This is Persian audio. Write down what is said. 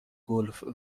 گلف